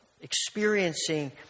experiencing